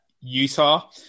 Utah